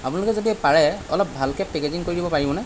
আপোনালোকে যদি পাৰে অলপ ভালকৈ পেকেজিং কৰি দিব পাৰিবনে